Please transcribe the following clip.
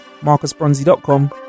marcusbronzy.com